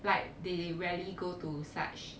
like they rarely go to such